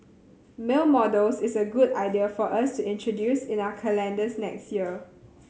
male models is a good idea for us to introduce in our calendars next year